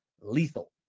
lethal